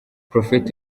prophet